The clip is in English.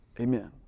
Amen